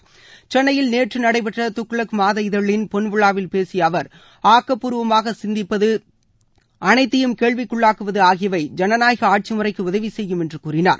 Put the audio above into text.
என்று குடியரசுத் துணைத்தலைவர் சென்னையில் நேற்று நடைபெற்ற துக்ளக்இதழின் பொன்விழாவில் பேசிய அவர் ஆக்கப்பூர்வமாக சிந்திப்பது அனைத்தையும் கேள்விக்குள்ளாக்குவது ஆகியவை ஜனநாயக ஆட்சி முறைக்கு உதவி செய்யும் என்று கூறினார்